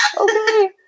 okay